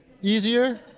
Easier